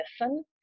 listen